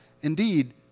indeed